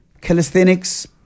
calisthenics